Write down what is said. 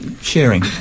sharing